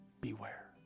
Beware